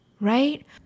right